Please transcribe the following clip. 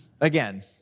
Again